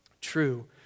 True